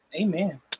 amen